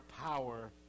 power